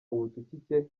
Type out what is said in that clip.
ubucucike